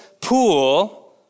pool